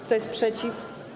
Kto jest przeciw?